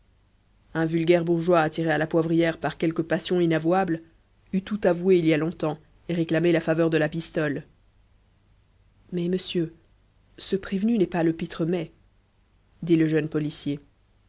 un vulgaire bourgeois attiré à la poivrière par quelque passion inavouable eût tout avoué il y a longtemps et réclamé la faveur de la pistole mais monsieur ce prévenu n'est pas le pitre mai dit le jeune policier